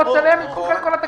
ואת התשלומים הסוציאליים.